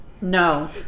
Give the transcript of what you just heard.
No